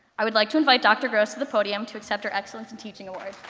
i would like to invite dr. gross to the podium to accept her excellence in teaching award.